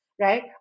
right